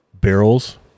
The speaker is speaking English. barrels